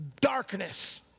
darkness